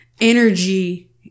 energy